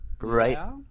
Right